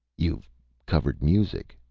you've covered music,